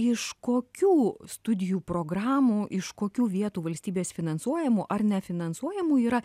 iš kokių studijų programų iš kokių vietų valstybės finansuojamų ar nefinansuojamų yra